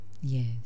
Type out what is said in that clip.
Yes